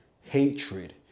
hatred